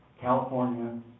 California